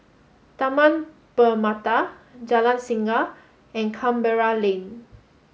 Taman Permata Jalan Singa and Canberra Lane